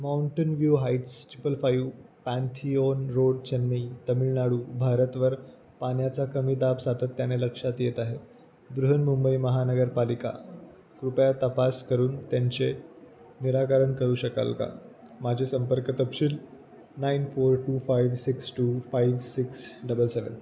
mountain view heights triple five Pantheon road Chennai Tamil Nadu भारतवर पाण्याचा कमी दाब सातत्याने लक्षात येत आहे बृहन्मुंबई महानगरपालिका कृपया तपास करून त्यांचे निराकरण करू शकाल का माझे संपर्क तपशील nine four two five six two five six double सेवन